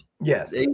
yes